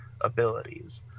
abilities